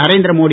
Narendra Modi